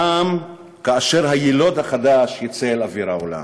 גם כאשר היילוד החדש יצא אל אוויר העולם.